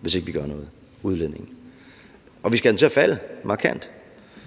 hvis ikke vi gør noget, og vi skal have den til at falde markant.